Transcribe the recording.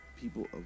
people